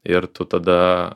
ir tu tada